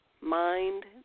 mind